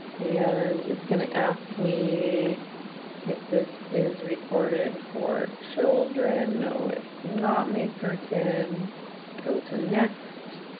and it's gonna ask me if this is recorded for children, no it's not made for kids go to next,